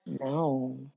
no